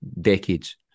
decades